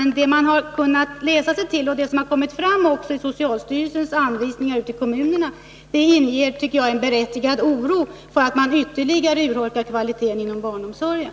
Men det man kunnat läsa ut, bl.a. det som kommit fram i socialstyrelsens anvisningar till kommunerna, inger en berättigad oro för att kvaliteten inom barnomsorgen kommer att ytterligare urholkas.